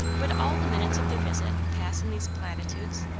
would all the minutes of their visit pass in these platitudes?